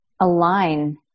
align